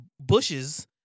bushes